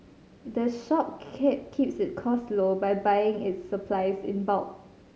the shop key keeps its costs low by buying its supplies in bulk